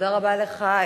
תודה רבה לך,